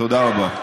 תודה רבה.